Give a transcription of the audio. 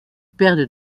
perdent